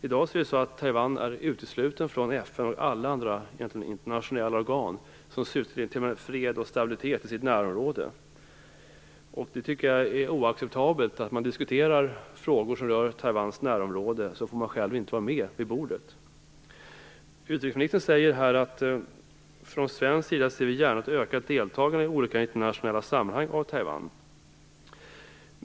I dag är Taiwan uteslutet från FN och alla andra internationella organ som syftar till fred och stabilitet i närområdet. Jag tycker att det är oacceptabelt att Taiwan när man diskuterar frågor som rör Taiwans närområde inte självt får vara med vid bordet. Utrikesministern säger att vi från svensk sida gärna ser ett ökat deltagande i olika internationella sammanhang av Taiwan.